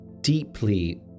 deeply